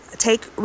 Take